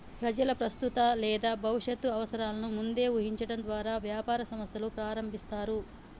ప్రజలు ప్రస్తుత లేదా భవిష్యత్తు అవసరాలను ముందే ఊహించడం ద్వారా వ్యాపార సంస్థలు ప్రారంభిస్తారు